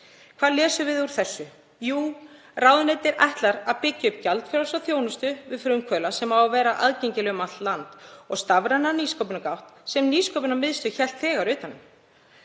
Hvað lesum við úr því? Jú, ráðuneytið ætlar að byggja upp gjaldfrjálsa þjónustu við frumkvöðla sem á að vera aðgengileg um allt land og stafræna nýsköpunargátt sem Nýsköpunarmiðstöð hélt þegar utan um.